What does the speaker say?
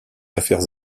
affaires